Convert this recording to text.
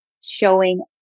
showing